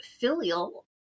filial